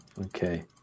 Okay